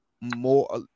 more